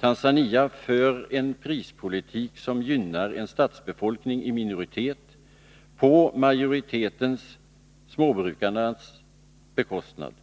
Tanzania för en prispolitik som gynnar en stadsbefolkning i minoritet på majoritetens, småbrukarnas, bekostnad.